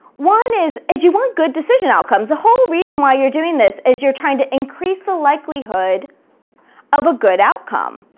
one is is you want good decision outcomes. the whole reason why you're doing this is you're trying to increase the likelihood of a good outcome.